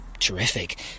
Terrific